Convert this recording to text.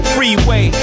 Freeway